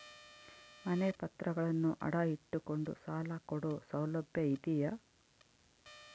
ಮನೆ ಪತ್ರಗಳನ್ನು ಅಡ ಇಟ್ಟು ಕೊಂಡು ಸಾಲ ಕೊಡೋ ಸೌಲಭ್ಯ ಇದಿಯಾ?